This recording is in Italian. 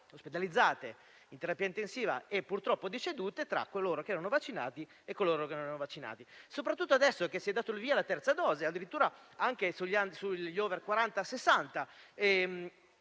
ricoverati in terapia intensiva e, purtroppo, deceduti tra coloro che erano vaccinati e coloro che non lo erano. Soprattutto adesso che si è dato il via alla terza dose, addirittura anche sugli *over* 40,